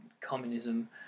communism